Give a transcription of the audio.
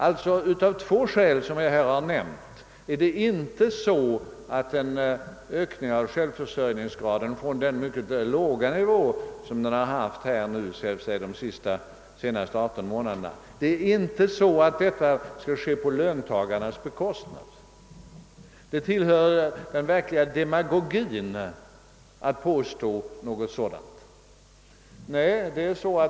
Av de två skäl jag nämnt kommer alltså en ökning av självförsörjningsgraden från den mycket låga nivå som den haft under de senaste 18 månaderna inte att ske på löntagarnas bekostnad. Det är en verklig demagogik att påstå något annat.